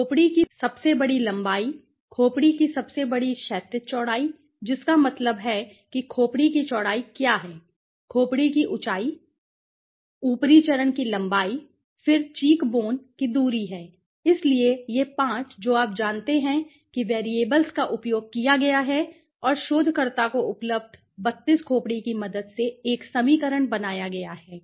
खोपड़ी की सबसे बड़ी लंबाई खोपड़ी की सबसे बड़ी क्षैतिज चौड़ाई जिसका मतलब है कि खोपड़ी की चौड़ाई क्या है खोपड़ी की ऊंचाई ऊपरी चरण की लंबाई फिर चीकबोन की दूरी है इसलिए यह 5 जो आप जानते हैं कि वैरिएबल्स का उपयोग किया गया है और शोधकर्ता को उपलब्ध 32 खोपड़ी की मदद से एक समीकरण बनाया गया है